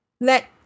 let